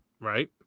Right